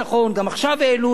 גם עכשיו העלו את זה.